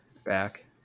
back